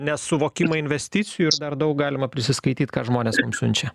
nesuvokimą investicijų ir dar daug galima prisiskaityt ką žmonės ten siunčia